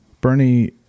Bernie